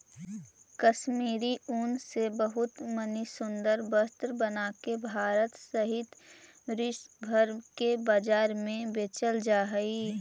कश्मीरी ऊन से बहुत मणि सुन्दर वस्त्र बनाके भारत सहित विश्व भर के बाजार में बेचल जा हई